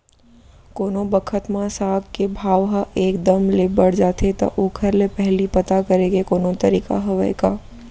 कोनो बखत म साग के भाव ह एक दम ले बढ़ जाथे त ओखर ले पहिली पता करे के कोनो तरीका हवय का?